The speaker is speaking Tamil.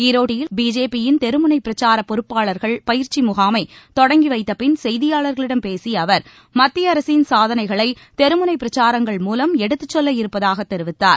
ஈரோட்டில் பிஜேபியின் தெருமுனை பிரச்சாரப் பொறுப்பாளர்கள் பயிற்சி முகாமை தொடங்கி வைத்தப்பின் செய்தியாளர்களிடம் பேசிய அவர் மத்திய அரசின் சாதனைகளை தெருமுனைப் பிரச்சாரங்கள் மூலம் எடுத்து சொல்ல இருப்பதாகத் தெரிவித்தார்